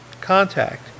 contact